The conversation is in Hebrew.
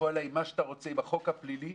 עם החוק הפלילי,